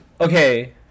okay